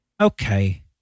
Okay